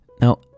Now